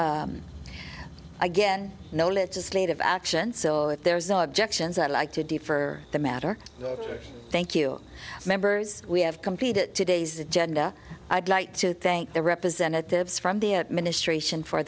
again no legislative action so if there is no objections i'd like to do for the matter thank you members we have competed today's agenda i'd like to think the representatives from the administration for